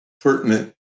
pertinent